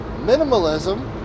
Minimalism